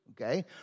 okay